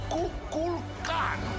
Kukulkan